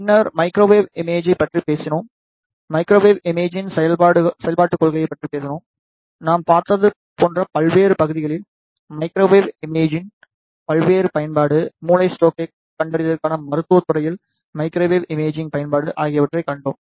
பின்னர் மைக்ரோவேவ் இமேஜிங்கைப் பற்றி பேசினோம் மைக்ரோவேவ் இமேஜிங்கின் செயல்பாட்டுக் கொள்கையைப் பற்றி பேசினோம் நாம் பார்த்தது போன்ற பல்வேறு பகுதிகளில் மைக்ரோவேவ் இமேஜிங்கின் பல்வேறு பயன்பாடு மூளை ஸ்டோக்கை கண்டறிதலுக்கான மருத்துவத் துறையில் மைக்ரோவேவ் இமேஜிங் பயன்பாடு ஆகியவற்றைக் கண்டோம்